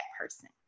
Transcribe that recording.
person